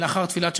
לאחר תפילת שחרית.